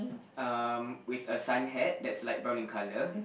um with a sun hat that's like brown in colour